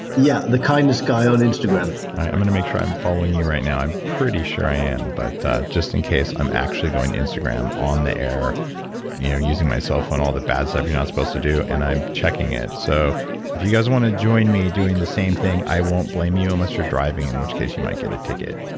yeah, at thekindnessguy on instagram alright. i'm going to make sure i'm following you right now. i'm pretty sure i am, but just in case, i'm actually going to instagram on the air you know using my cellphone, all the bad stuff you're not supposed to do and i'm checking it. so if you guys want to join me doing the same thing, i won't blame you, unless you're driving in which case you might get a ticket.